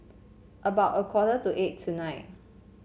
about a quarter to eight tonight